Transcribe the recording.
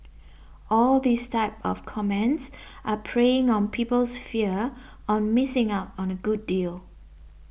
all these type of comments are preying on people's fear on missing out on a good deal